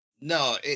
no